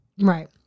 Right